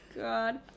God